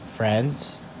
friends